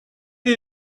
did